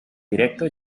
directo